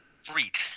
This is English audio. Freak